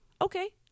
okay